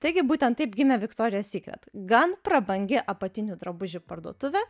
taigi būtent taip gimė viktorija sykret gan prabangi apatinių drabužių parduotuvė